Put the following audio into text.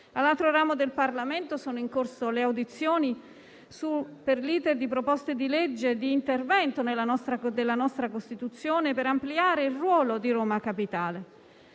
All'altro ramo del Parlamento sono in corso le audizioni per l'*iter* di proposte di legge di intervento nella nostra Costituzione per ampliare il ruolo di Roma Capitale.